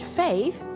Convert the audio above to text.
faith